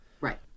Right